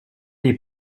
des